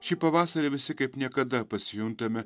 šį pavasarį visi kaip niekada pasijuntame